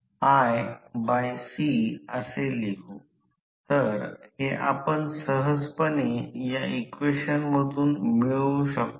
तर समीकरण २ वरून आपण स्लिप ns n ns लिहू शकतो